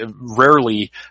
rarely